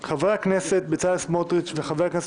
חבר הכנסת בצלאל סמוטריץ' וחבר הכנסת